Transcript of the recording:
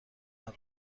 نرو